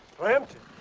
plimpton?